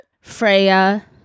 freya